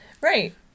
right